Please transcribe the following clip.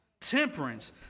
temperance